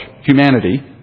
humanity